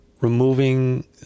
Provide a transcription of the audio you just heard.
removing